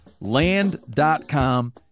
land.com